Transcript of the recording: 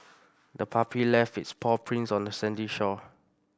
the puppy left its paw prints on the sandy shore